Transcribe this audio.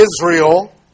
Israel